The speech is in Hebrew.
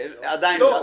עדיין לא.